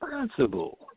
Responsible